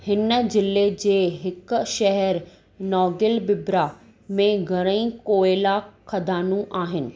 हिन जिले जे हिक शहर नोगलबिब्रा में घणईं कोयला ख़दानू आहिनि